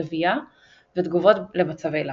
רבייה ותגובות למצבי לחץ.